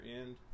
end